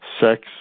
sex